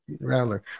rattler